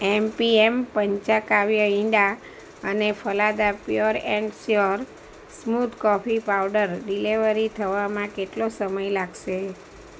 MPM પંચાંકાવ્યા ઇંડા અને Phalada pure and sure smooth coffee powder delivery થવામાં કેટલો સમય લાગશે